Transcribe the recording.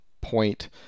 point